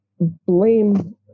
blame